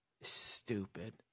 Stupid